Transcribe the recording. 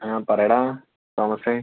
ആ പറയെടാ തോമസേ